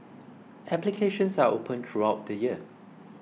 applications are open throughout the year